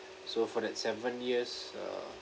so for that seven years uh